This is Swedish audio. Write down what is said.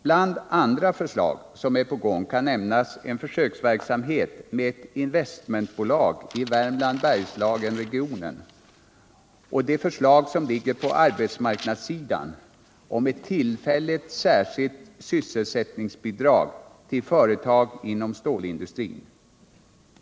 Bland andra förslag som är på gång kan nämnas en försöksverksamhet med ett investmentbolag i Värmland-Bergslagenregionen och det förslag som ligger på arbetsmarknadssidan om ett tillfälligt särskilt sysselsättningsbidrag till företag inom stålindustrin.